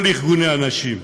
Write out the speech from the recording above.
כל ארגוני הנשים,